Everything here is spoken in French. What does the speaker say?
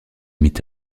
mit